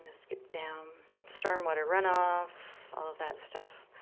ah skip down, storm water run off, all of that stuff.